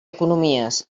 economies